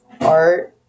art